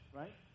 right